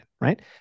right